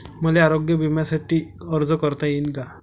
मले आरोग्य बिम्यासाठी अर्ज करता येईन का?